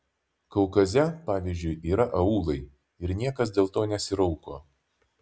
kaukaze pavyzdžiui yra aūlai ir niekas dėl to nesirauko